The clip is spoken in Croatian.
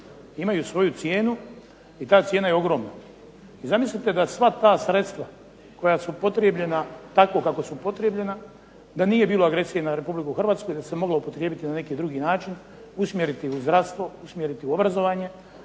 Imaju svoju cijenu i ta cijena je ogromna. Zamislite da sva ta sredstva koja su upotrijebljena tako kako su upotrijebljena da nije bilo agresije na RH i da se moglo upotrijebiti na neki drugi način, usmjeriti u zdravstvo, usmjeriti u obrazovanje,